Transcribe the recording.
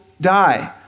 die